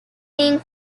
being